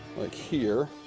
like, here,